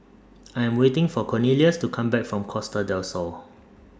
I'm waiting For Cornelius to Come Back from Costa Del Sol